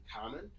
common